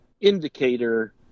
indicator